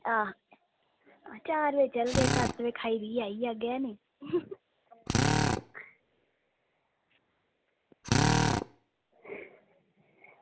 आं चार बजे चलगे ते सत्त बजे खाई पियै आई जाह्गे ऐ नी